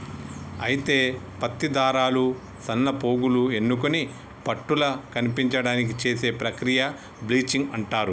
అయితే పత్తి దారాలు సన్నపోగులు ఎన్నుకొని పట్టుల కనిపించడానికి చేసే ప్రక్రియ బ్లీచింగ్ అంటారు